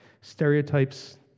Stereotypes